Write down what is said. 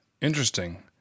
Interesting